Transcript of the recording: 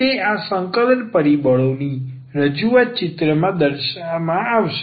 તે આ સંકલન પરિબળોની રજૂઆત ચિત્રમાં આવશે